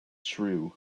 true